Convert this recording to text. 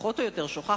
פחות או יותר שוכחת,